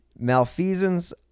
malfeasance